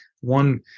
one